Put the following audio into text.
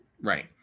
Right